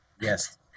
Yes